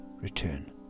return